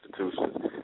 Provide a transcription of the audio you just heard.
institutions